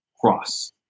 cross